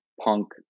punk